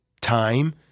time